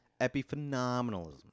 Epiphenomenalism